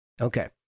Okay